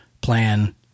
plan